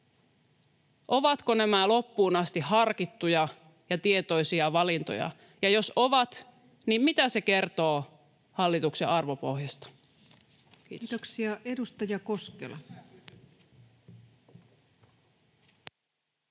ovatko nämä loppuun asti harkittuja ja tietoisia valintoja, ja jos ovat, niin mitä se kertoo hallituksen arvopohjasta. — Kiitos.